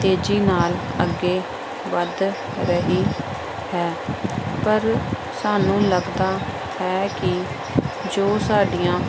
ਤੇਜ਼ੀ ਨਾਲ ਅੱਗੇ ਵੱਧ ਰਹੀ ਹੈ ਪਰ ਸਾਨੂੰ ਲੱਗਦਾ ਹੈ ਕਿ ਜੋ ਸਾਡੀਆਂ